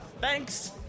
thanks